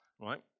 right